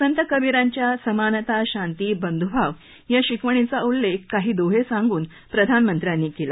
संत कबीरांच्या समानता शांती बंधुभाव या शिकवणीचा उल्लेख काही दोहे सांगून प्रधानमंत्र्यांनी केला